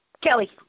Kelly